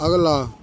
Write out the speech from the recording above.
अगला